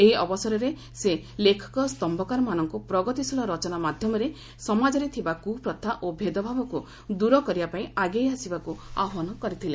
ଏହି ଅବସରରେ ସେ ଲେଖକ ସ୍ତ୍ୟକାରମାନଙ୍କୁ ପ୍ରଗତିଶୀଳ ରଚନା ମାଧ୍ୟମରେ ସମାଜରେ ଥିବା କୁପ୍ଥା ଓ ଭେଦଭାବକୁ ଦୂର କରିବା ପାଇଁ ଆଗେଇ ଆସିବାକୁ ଆହ୍ପାନ କରିଥିଲେ